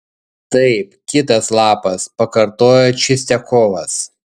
taip kitas lapas pakartojo čistiakovas